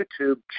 YouTube